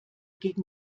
gegen